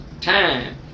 time